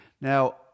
Now